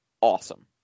awesome